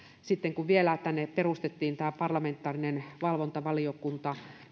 sitten kun vielä perustettiin tämä parlamentaarinen valvontavaliokunta